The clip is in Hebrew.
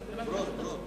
לוין.